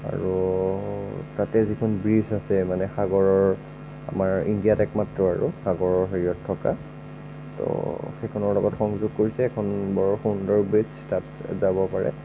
আৰু তাতে যিখন ব্ৰীজ আছে মানে সাগৰৰ আমাৰ ইণ্ডিয়াত একমাত্ৰ আৰু সাগৰৰ হেৰিঅত থকা ত' সেইখনৰ লগত সংযোগ কৰিছে সেইখন বৰ সুন্দৰ ব্ৰীজ তাত যাব পাৰে